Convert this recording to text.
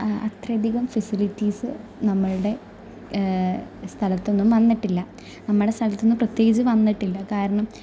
അത്രയധികം ഫസിലിറ്റീസ് നമ്മളുടെ സ്ഥലത്തൊന്നും വന്നിട്ടില്ല നമ്മളുടെ സ്ഥലത്തൊന്നും പ്രത്യേകിച്ച് വന്നിട്ടില്ല കാരണം ഇപ്പോൾ